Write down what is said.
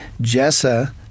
Jessa